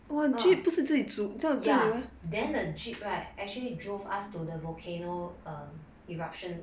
uh ya then the jeep right actually drove us to the um volcano eruption